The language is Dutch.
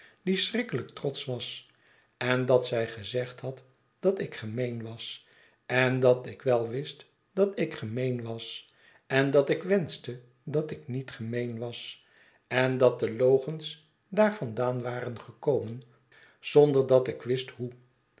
die schrikkelijk trotsch was en dat zij gezegd had dat ik gemeen was en dat ik wel wist dat ik gemeen was en dat ik wenschte dat ik niet gemeen was en dat de logens daarvandaan waren gekomen zonder dat ik wist hoe